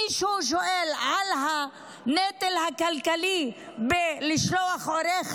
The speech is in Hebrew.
מישהו שואל על הנטל הכלכלי בלשלוח עורך